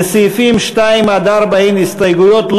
לסעיפים 2 עד 4 אין הסתייגויות.